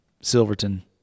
Silverton